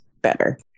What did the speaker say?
better